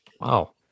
Wow